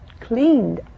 cleaned